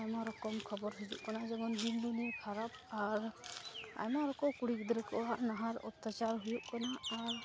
ᱟᱭᱢᱟ ᱨᱚᱠᱚᱢ ᱠᱷᱚᱵᱚᱨ ᱦᱤᱡᱩᱜ ᱠᱟᱱᱟ ᱡᱮᱢᱚᱱ ᱠᱷᱟᱨᱟᱯ ᱟᱨ ᱟᱭᱢᱟ ᱨᱚᱠᱚᱢ ᱠᱩᱲᱤ ᱜᱤᱫᱽᱨᱟᱹ ᱠᱚᱣᱟᱜ ᱱᱟᱦᱟᱪᱟᱨ ᱚᱛᱛᱟᱪᱟᱨ ᱦᱩᱭᱩᱜ ᱠᱟᱱᱟ ᱟᱨ